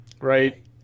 Right